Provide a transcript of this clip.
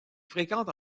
fréquente